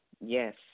Yes